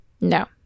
No